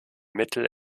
mittel